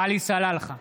עלי סלאלחה,